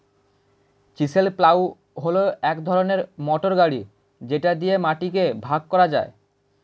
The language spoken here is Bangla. চিসেল প্লাউ হল এক ধরনের মোটর গাড়ি যেটা দিয়ে মাটিকে ভাগ করা যায়